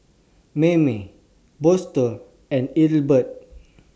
Mayme Boston and Ethelbert